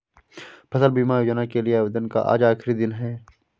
फसल बीमा योजना के लिए आवेदन का आज आखरी दिन है